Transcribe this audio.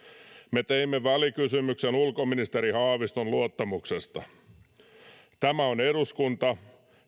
me teimme välikysymyksen ulkoministeri haaviston luottamuksesta tämä on eduskunta